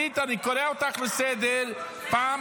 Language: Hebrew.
כל קריאות הביניים --- איזה רעים,